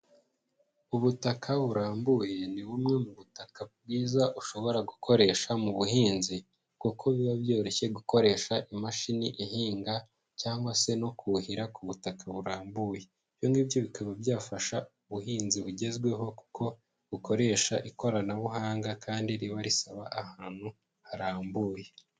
Ubutaka burambuye ni bumwe mu butaka bwiza ushobora gukoresha mu buhinzi, kuko biba byoroshye gukoresha imashini ihinga, cyangwa se no kuhira ku butaka burambuye. Ibyo ngibyo bikaba byafasha ubuhinzi bugezweho kuko bukoresha ikoranabuhanga kandi riba risaba ahantu harambuye.